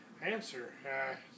answer